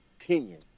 opinion